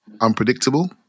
unpredictable